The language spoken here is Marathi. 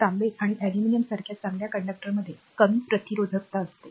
तर तांबे आणि अॅल्युमिनियमसारख्या चांगल्या कंडक्टरमध्ये कमी प्रतिरोधकता असते